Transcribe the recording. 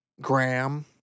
Graham